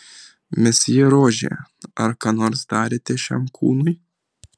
mesjė rožė ar ką nors darėte šiam kūnui